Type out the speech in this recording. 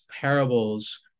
parables